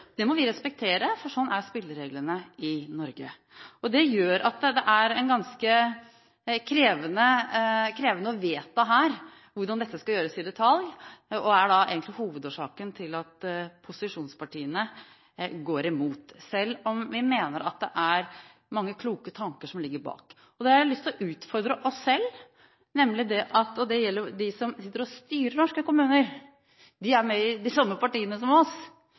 Det må vi respektere, for sånn er spillereglene i Norge. Det gjør at det er ganske krevende å vedta her hvordan dette skal gjøres i detalj, og det er hovedårsaken til at posisjonspartiene går imot, selv om vi mener at det er mange kloke tanker som ligger bak. Da har jeg lyst til å utfordre oss selv, og det gjelder dem som sitter og styrer norske kommuner – de er med i de samme partiene som oss,